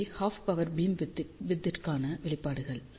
இவை half power beam width திற்கான வெளிப்பாடுகள்